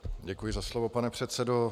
Děkuji za slovo, pane předsedo.